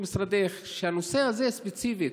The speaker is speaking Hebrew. שהנושא הזה ספציפית,